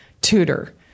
tutor